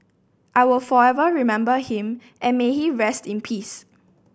I will forever remember him and may he rest in peace